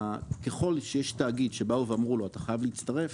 ככל שיש תאגיד שבאו ואמרו לו: אתה חייב להצטרף,